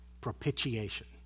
propitiation